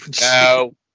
No